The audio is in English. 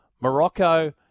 Morocco